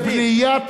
לבניית,